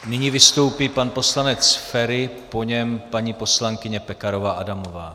Nyní vystoupí pan poslanec Feri, po něm paní poslankyně Pekarová Adamová.